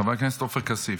חבר הכנסת עופר כסיף.